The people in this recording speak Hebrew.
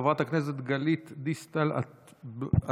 חברת הכנסת גלית דיסטל אטבריאן,